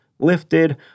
lifted